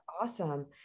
awesome